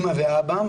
אמא ואבא,